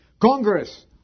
Congress